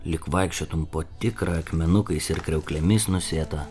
lyg vaikščiotum po tikrą akmenukais ir kriauklėmis nusėtą